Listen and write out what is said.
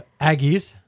Aggies